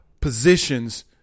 positions